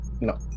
No